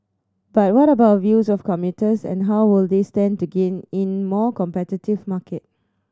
but what about views of commuters and how will they stand to gain in more competitive market